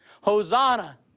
Hosanna